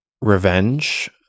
revenge